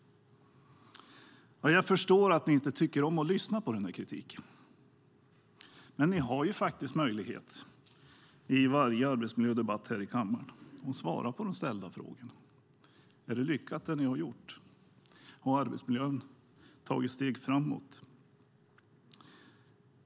Jag förstår att ni inte tycker om att lyssna på den här kritiken, men ni har faktiskt möjlighet vid varje arbetsmiljödebatt här i kammaren att svara på de ställda frågorna. Är det ni har gjort lyckat? Har arbetsmiljön tagit steg framåt?